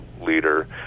leader